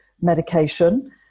medication